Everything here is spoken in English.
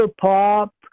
pop